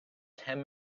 ten